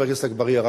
חבר הכנסת אגבאריה,